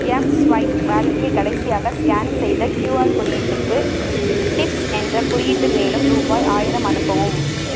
mSwipe வாலெட்டில் கடைசியாக scan செய்த க்யூஆர் குறியீட்டுக்கு டிப்ஸ் என்ற குறியிட்டு மேலும் ரூபாய் ஆயிரம் அனுப்பவும்